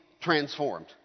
transformed